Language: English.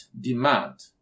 demand